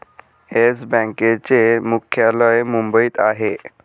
yes बँकेचे मुख्यालय मुंबईत आहे